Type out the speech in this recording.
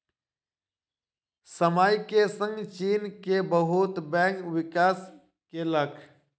समय के संग चीन के बहुत बैंक विकास केलक